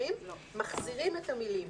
מחזירים את המילים,